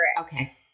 Okay